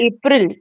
April